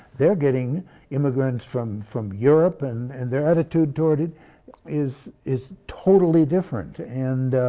they are getting immigrants from from europe and and their attitude toward it is is totally different. and,